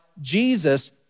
Jesus